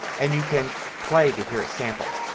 and you can play to hear a sample.